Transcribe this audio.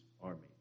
army